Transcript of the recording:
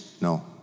No